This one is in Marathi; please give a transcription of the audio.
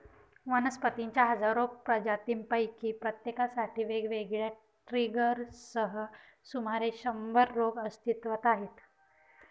वनस्पतींच्या हजारो प्रजातींपैकी प्रत्येकासाठी वेगवेगळ्या ट्रिगर्ससह सुमारे शंभर रोग अस्तित्वात आहेत